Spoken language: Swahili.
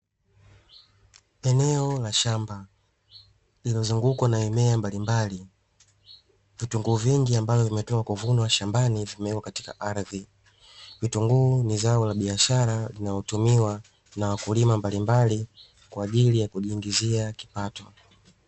Eneo la shamba lililozungukwa na mimea mbalimbali vitunguu vingi ambavyo vimetoka kuvunwa shambani vimewekwa katika ardhi. Vitunguu ni zao la biashara linalotumiwa na wakulima mbalimbali kwa ajili ya kujiingizia kipato.